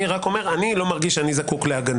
אני רק אומר: אני לא מרגיש שאני זקוק להגנה.